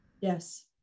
Yes